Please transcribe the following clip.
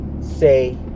Say